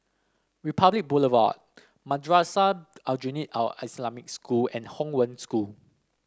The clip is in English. Republic Boulevard Madrasah Aljunied Al Islamic School and Hong Wen School